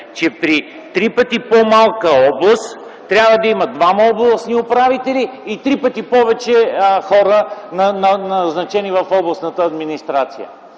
че при три пъти по-малка област трябва да има двама областни управители и три пъти повече хора, назначени в областната администрация.